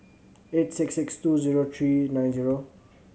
eight six six two zero three nine zero